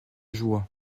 joie